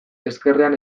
ezkerren